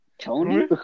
Tony